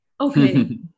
okay